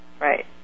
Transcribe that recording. right